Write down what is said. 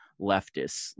leftists